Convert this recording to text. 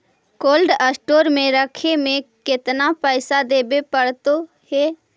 Cold store में रखे में केतना पैसा देवे पड़तै है?